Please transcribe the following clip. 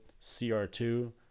CR2